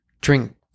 Drink